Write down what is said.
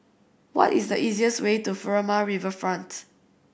what is the easiest way to Furama Riverfront